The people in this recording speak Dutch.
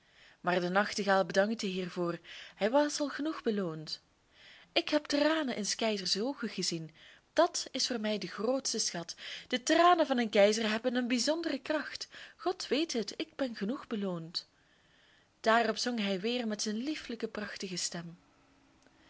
maar de nachtegaal bedankte hiervoor hij was al genoeg beloond ik heb tranen in s keizers oogen gezien dat is voor mij de grootste schat de tranen van een keizer hebben een bijzondere kracht god weet het ik ben genoeg beloond daarop zong hij weer met zijn liefelijke prachtige stem